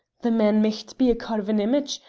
the man micht be a carven image,